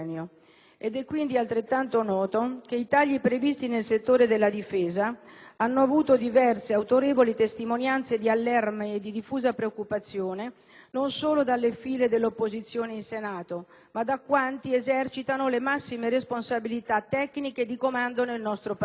Ed è quindi altrettanto noto che i tagli previsti nel settore della difesa hanno avuto diverse autorevoli testimonianze di allarme e di diffusa preoccupazione, non solo dalle file dell'opposizione in Senato, ma da quanti esercitano le massime responsabilità tecniche di comando nel nostro Paese.